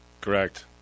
Correct